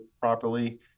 properly